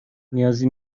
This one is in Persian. نیازی